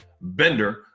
bender